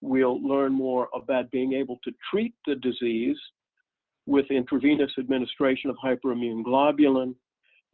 we'll learn more about being able to treat the disease with intravenous administration of hyper immunoglobulin